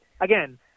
again